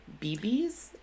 BBs